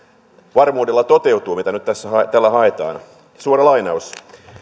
varmuudella toteutuu tämä mitä nyt tällä haetaan suora lainaus